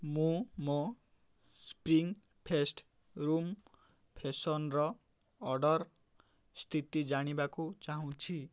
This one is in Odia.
ମୁଁ ମୋ ସ୍ପ୍ରିଂ ଫେଷ୍ଟ୍ ରୁମ୍ ଫ୍ରେଶନର୍ ଅର୍ଡ଼ର୍ର ସ୍ଥିତି ଜାଣିବାକୁ ଚାହୁଁଛି